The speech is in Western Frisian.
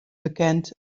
bekend